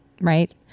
right